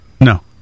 No